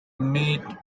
meet